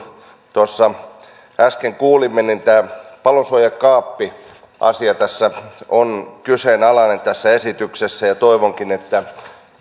tuossa äsken kuulimme tämä palosuojakaappiasia on kyseenalainen tässä esityksessä ja toivonkin että